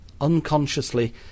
Unconsciously